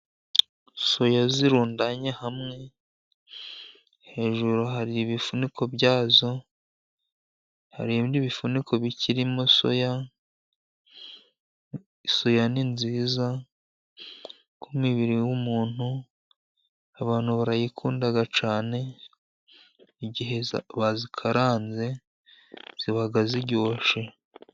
Soya zirundanye hamwe, hejuru hari ibifuniko byazo hari ibindi bifuniko bikirimo soya. Soya ni nziza ku mubiri w'umuntu, abantu barayikunda cyane igihe bazikaranze, ziba ziryoshye.